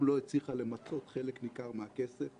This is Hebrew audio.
היא גם לא הצליחה למצות חלק ניכר מהכסף.